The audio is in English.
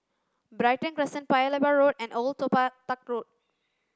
Brighton Crescent Paya Lebar Road and Old Toh Tuck Road